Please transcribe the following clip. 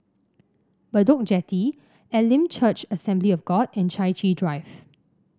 Bedok Jetty Elim Church Assembly of God and Chai Chee Drive